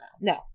no